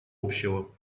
общего